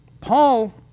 Paul